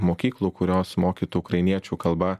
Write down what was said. mokyklų kurios mokytų ukrainiečių kalba